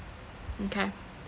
okay